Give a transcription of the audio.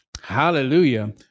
Hallelujah